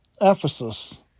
Ephesus